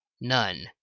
none